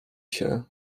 się